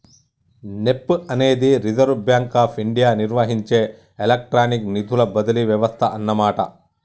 NEFT అనేది reserve bank of India నిర్వహించే electronic నిధుల బదిలీ వ్యవస్థ అన్నమాట